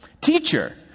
Teacher